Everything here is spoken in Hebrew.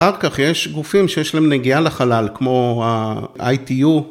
אחר כך יש גופים שיש להם נגיעה לחלל כמו ה-ITU.